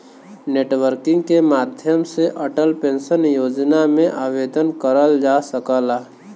net banking के माध्यम से अटल पेंशन योजना में आवेदन करल जा सकला